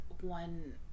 one